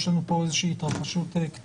יש לנו פה התרחשות קטנה.